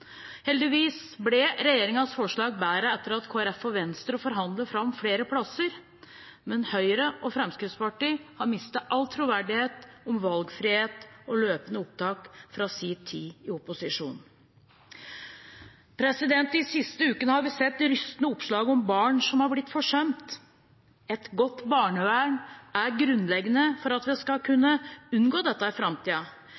Heldigvis ble regjeringens forslag bedre etter at Kristelig Folkeparti og Venstre forhandlet fram flere plasser, men Høyre og Fremskrittspartiet har mistet all troverdighet om valgfrihet og løpende opptak fra sin tid i opposisjon. De siste ukene har vi sett rystende oppslag om barn som har blitt forsømt. Et godt barnevern er grunnleggende for at vi skal